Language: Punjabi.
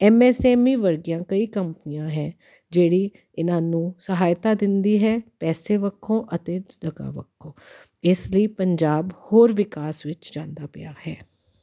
ਐਮ ਐਸ ਐਮ ਏ ਵਰਗੀਆਂ ਕਈ ਕੰਪਨੀਆਂ ਹੈ ਜਿਹੜੀ ਇਹਨਾਂ ਨੂੰ ਸਹਾਇਤਾ ਦਿੰਦੀ ਹੈ ਪੈਸੇ ਪੱਖੋਂ ਅਤੇ ਜਗ੍ਹਾ ਪੱਖੋਂ ਇਸ ਲਈ ਪੰਜਾਬ ਹੋਰ ਵਿਕਾਸ ਵਿੱਚ ਜਾਂਦਾ ਪਿਆ ਹੈ